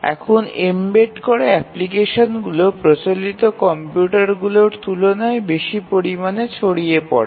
এখন এম্বেড করা অ্যাপ্লিকেশনগুলি প্রচলিত কম্পিউটারগুলির তুলনায় বেশি পরিমাণে ছড়িয়ে পড়েছে